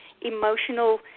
emotional